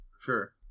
sure